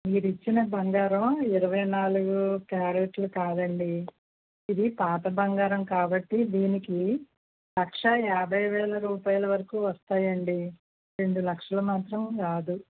మీరు ఇచ్చిన బంగారం ఇరవై నాలుగు క్యారెట్లు కాదు అండి ఇది పాత బంగారం కాబట్టి దీనికి లక్ష యాభై వేల రూపాయలు వరకు వస్తాయి అండి రెండు లక్షలు మాత్రం రాదు